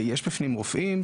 יש בפנים רופאים,